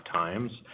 times